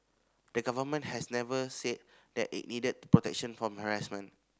the Government has never said that it needed protection from harassment